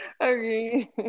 Okay